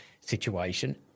situation